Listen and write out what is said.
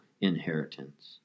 inheritance